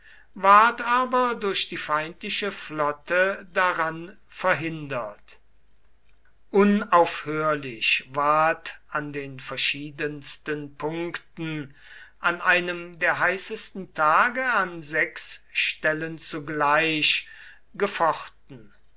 ward aber durch die feindliche flotte daran verhindert unaufhörlich ward an den verschiedensten punkten an einem der heißesten tage an sechs stellen zugleich gefochten